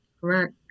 Correct